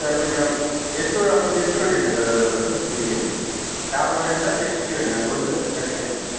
ಎಷ್ಟು ಅದು ಎಷ್ಟು ಗಂಟೆ ಇದೆ ಸರ್ ಅದ್ರದು ಅದು ನಿಮಗೆ ಆರುವರೆಯಿಂದ ಎಷ್ಟು ಒಂದು ಗ ಎಷ್ಟು ಎರಡು ಗಂಟೆ